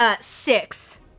six